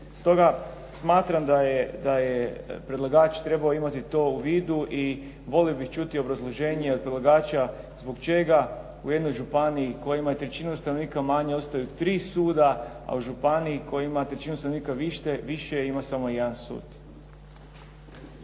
Stoga, smatram da je predlagač trebao imati to u vidu i volio bih čuti obrazloženje od predlagača zbog čega u jednoj županiji koja ima trećinu stanovnika manje ostaju 3 suda, a u županiji koja ima trećinu stanovnika više ima samo 1 sud.